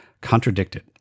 contradicted